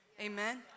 amen